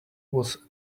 was